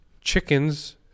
Chickens